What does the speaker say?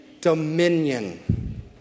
dominion